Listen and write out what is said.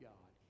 God